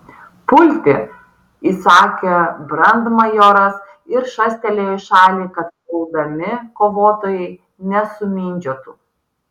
pulti įsakė brandmajoras ir šastelėjo į šalį kad puldami kovotojai nesumindžiotų